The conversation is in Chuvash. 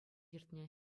иртнӗ